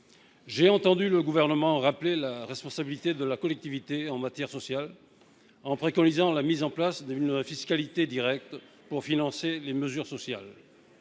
J’ai entendu le Gouvernement rappeler la responsabilité de la collectivité en matière sociale, en préconisant la mise en œuvre d’une fiscalité directe pour financer les mesures qui